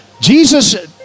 Jesus